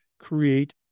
create